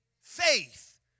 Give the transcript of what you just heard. Faith